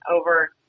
over